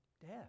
death